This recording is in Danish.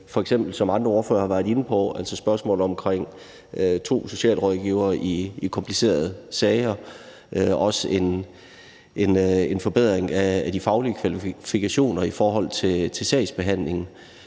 f.eks. – som andre ordførere har været inde på – spørgsmålet om, at der skal være to socialrådgivere i komplicerede sager, og også en forbedring af de faglige kvalifikationer i forhold til sagsbehandlingen.